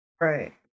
right